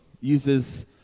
uses